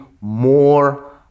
more